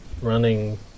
running